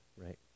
right